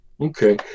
okay